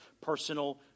personal